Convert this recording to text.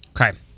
Okay